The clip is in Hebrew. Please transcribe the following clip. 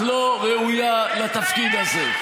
את לא ראויה לתפקיד הזה.